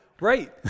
Right